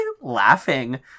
laughing